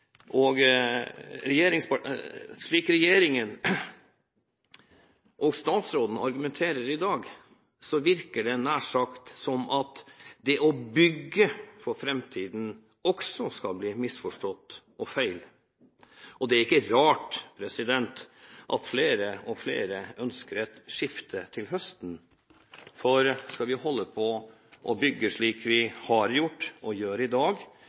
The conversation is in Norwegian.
og feil. Slik regjeringen og statsråden argumenterer i dag, virker det nær sagt som at det å bygge for framtiden også skal bli misforstått og feil. Det er ikke rart at flere og flere ønsker et skifte til høsten, for skal vi holde på å bygge slik vi har gjort og gjør i dag,